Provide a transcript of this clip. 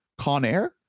Conair